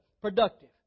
productive